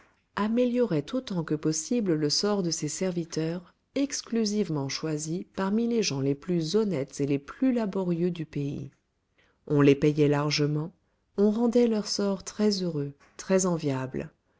améliorait autant que possible le sort de ses serviteurs exclusivement choisis parmi les gens les plus honnêtes et les plus laborieux du pays on les payait largement on rendait leur sort